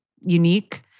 unique